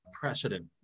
precedent